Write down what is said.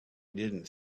didn’t